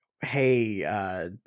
hey